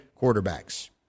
quarterbacks